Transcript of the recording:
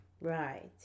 Right